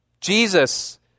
Jesus